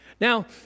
Now